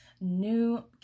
new